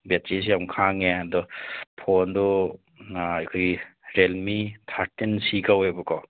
ꯕꯦꯇ꯭ꯔꯤꯁꯦ ꯌꯥꯝ ꯈꯥꯡꯉꯦ ꯑꯗꯣ ꯐꯣꯟꯗꯣ ꯑꯩꯈꯣꯏ ꯔꯦꯜꯃꯤ ꯊꯥꯔꯇꯤꯟ ꯁꯤ ꯀꯧꯋꯦꯕꯀꯣ